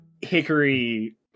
Hickory